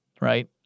right